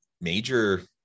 major